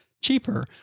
cheaper